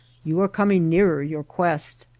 you are coming nearer your quest.